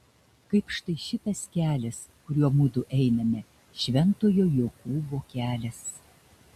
kaip štai šitas kelias kuriuo mudu einame šventojo jokūbo kelias